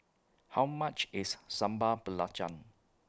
How much IS Sambal Belacan